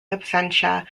absentia